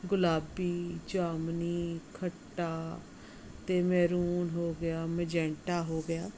ਗੁਲਾਬੀ ਜਾਮਨੀ ਖੱਟਾ ਅਤੇ ਮਹਰੂਨ ਹੋ ਗਿਆ ਮਜੈਂਟਾ ਹੋ ਗਿਆ